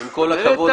עם כל הכבוד,